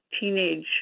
teenage